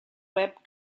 web